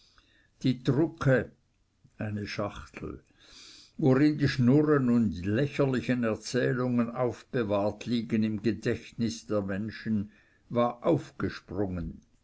die drucke worin die schnurren und lächerlichen erzählungen aufbewahrt liegen im gedächtnis der menschen war aufgesprungen